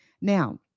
Now